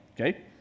Okay